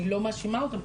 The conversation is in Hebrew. אני לא מאשימה אותן,